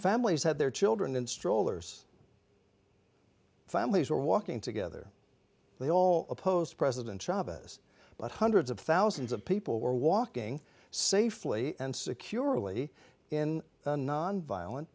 families had their children in strollers families were walking together they all opposed president chavez but hundreds of thousands of people were walking safely and securely in a nonviolent